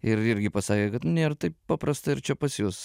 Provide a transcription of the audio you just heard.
ir irgi pasakė kad nėr taip paprasta ir čia pas jus